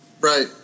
Right